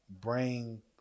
bring